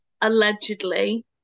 allegedly